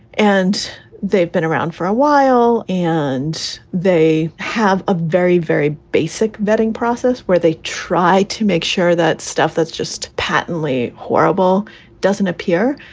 and they've been around for a while and they they have a very, very basic vetting process where they try to make sure that stuff that's just patently horrible doesn't appear.